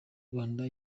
rwanda